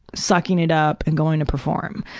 sucking it up, and going to perform.